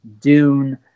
Dune